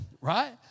right